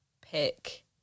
pick